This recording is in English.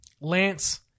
Lance